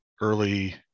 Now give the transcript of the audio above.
early